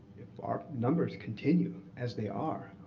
if our numbers continue as they are,